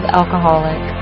alcoholic